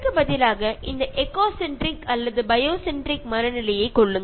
അതിനു പകരം ഒരു ജൈവ കേന്ദ്രീകൃത ചിന്താഗതി അല്ലെങ്കിൽ പ്രകൃതി കേന്ദ്രീകൃത ചിന്താഗതി കൊണ്ടുവരിക